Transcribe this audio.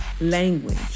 language